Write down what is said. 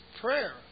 prayer